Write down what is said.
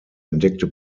entdeckte